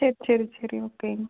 சரி சரி சரி ஓகேங்க